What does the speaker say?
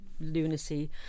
lunacy